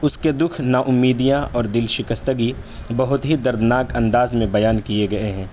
اس کے دکھ ناامیدیاں اور دل شکستگی بہت ہی دردناک انداز میں بیان کیے گئے ہیں